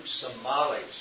Somalis